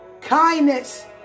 kindness